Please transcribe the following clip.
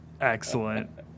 Excellent